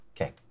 Okay